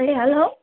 A hello